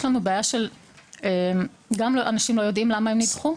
יש לנו בעיה גם של אנשים שלא יודעים למה הם נדחו.